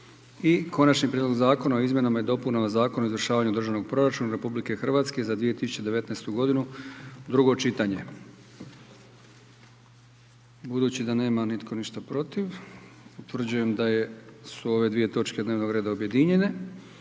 1. Konačni prijedlog zakona o izmjenama i dopunama Zakona o izvršavanju Državnog proračuna Republike Hrvatske za 2019. godinu, drugo čitanje, P.Z. br. 790 Budući da nema nitko ništa protiv, utvrđujem da su ove dvije točke dnevnog reda objedinjene.